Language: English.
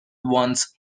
once